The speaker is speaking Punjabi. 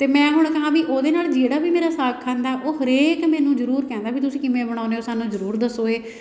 ਅਤੇ ਮੈਂ ਹੁਣ ਕਹਾਂ ਵੀ ਉਹਦੇ ਨਾਲ ਜਿਹੜਾ ਵੀ ਮੇਰਾ ਸਾਗ ਖਾਂਦਾ ਉਹ ਹਰੇਕ ਮੈਨੂੰ ਜ਼ਰੂਰ ਕਹਿੰਦਾ ਵੀ ਤੁਸੀਂ ਕਿਵੇਂ ਬਣਾਉਂਦੇ ਹੋ ਸਾਨੂੰ ਜ਼ਰੂਰ ਦੱਸੋ ਇਹ